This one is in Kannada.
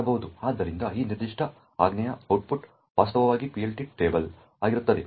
ಆದ್ದರಿಂದ ಈ ನಿರ್ದಿಷ್ಟ ಆಜ್ಞೆಯ ಔಟ್ಪುಟ್ ವಾಸ್ತವವಾಗಿ PLT ಟೇಬಲ್ ಆಗಿರುತ್ತದೆ